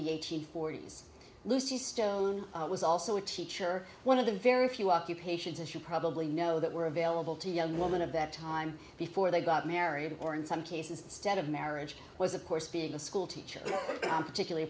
the eighteenth forty's lucy stone was also a teacher one of the very few occupations as you probably know that were available to young woman of that time before they got married or in some cases instead of marriage was of course being a school teacher particularly